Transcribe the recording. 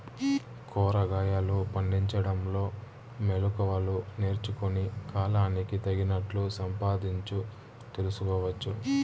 కూరగాయలు పండించడంలో మెళకువలు నేర్చుకుని, కాలానికి తగినట్లు సంపాదించు తెలుసుకోవచ్చు